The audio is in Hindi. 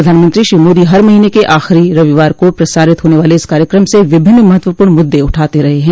प्रधानमंत्री श्री मोदी हर महीने के आख़िरी रविवार को प्रसारित होने वाले इस कार्यकम से विभिन्न महत्वपूर्ण मुद्दे उठाते रहे हैं